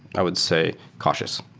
i would say, cautious,